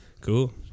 cool